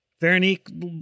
Veronique